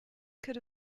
could